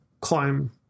climb